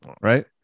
right